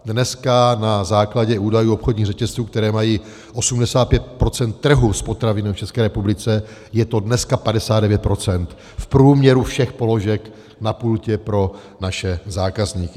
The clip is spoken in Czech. Dneska na základě údajů obchodních řetězců, které mají 85 % trhu s potravinami v České republice, je to 59 % v průměru všech položek na pultě pro naše zákazníky.